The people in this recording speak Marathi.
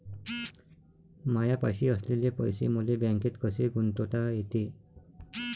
मायापाशी असलेले पैसे मले बँकेत कसे गुंतोता येते?